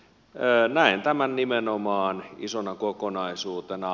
näen tämän nimenomaan isona kokonaisuutena